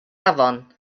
afon